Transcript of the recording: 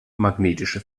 magnetische